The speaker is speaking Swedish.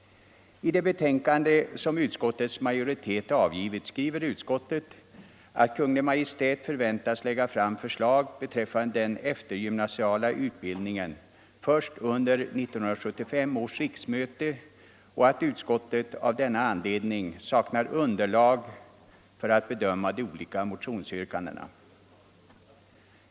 I betänkandet skriver utskottsmajoriteten att Kungl. Maj:t förväntas lägga fram förslag beträffande den eftergymnasiala utbildningen först under 1975 års riksmöte och att utskottet av denna anledning saknar underlag för att bedöma de olika motionsyrkandena.